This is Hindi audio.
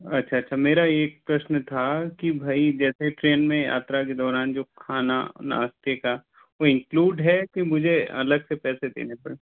अच्छा अच्छा मेरा एक प्रश्न था कि भाई जैसे ट्रेन में यात्रा के दौरान जो खाना नाश्ते का कोई इंक्लूड है कि मुझे अलग से पैसे देने पड़ेंगे